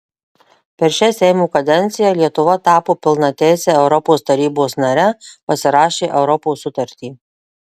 per šią seimo kadenciją lietuva tapo pilnateise europos tarybos nare pasirašė europos sutartį